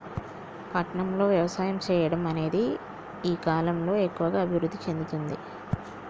పట్టణం లో వ్యవసాయం చెయ్యడం అనేది ఈ కలం లో ఎక్కువుగా అభివృద్ధి చెందుతుంది